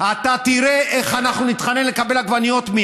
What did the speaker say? אתה תראה איך אנחנו נתחן לקבל עגבניות,